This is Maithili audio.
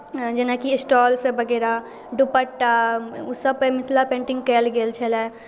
जेनाकि स्टोलसभ वगैरह दुपट्टा ओसभपर मिथिला पेन्टिंग कयल गेल छलए